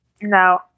No